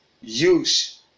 use